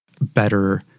better